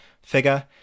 figure